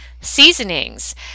seasonings